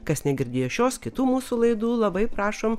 kas negirdėjo šios kitų mūsų laidų labai prašom